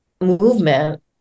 movement